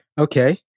Okay